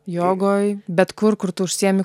jogoj bet kur kur tu užsiimi